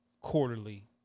quarterly